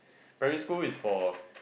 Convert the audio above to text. primary school is for